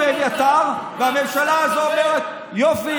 יופי,